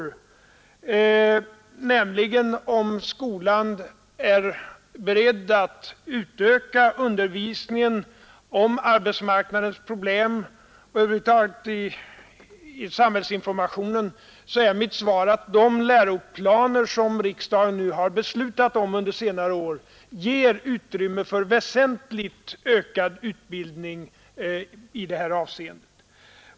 På den första frågan, nämligen om skolan är beredd att utöka undervisningen om arbetsmarknadens problem och över huvud taget i samhällsinformationen, är mitt svar att de läroplaner som riksdagen har beslutat om under senare år ger utrymme för väsentligt ökad utbildning i det här avseendet.